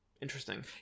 Interesting